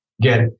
get